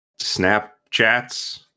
Snapchats